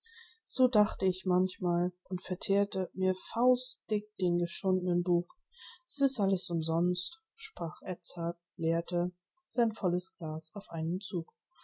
so dacht ich manchmal und vertheerte mir faustdick den geschundnen bug s ist all umsonst sprach edzard leerte sein volles glas auf einen zug